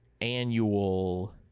annual